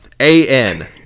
A-N